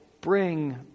bring